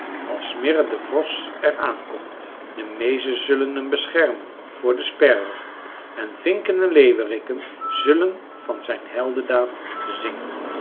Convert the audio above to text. als smirre de vos er aankomt de meezen zullen hem beschermen voor den sperwer en vinken en leeuweriken zullen van zijn heldendaad zingen